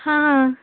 हां आं